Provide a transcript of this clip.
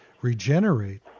Regenerate